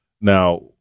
Now